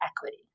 equity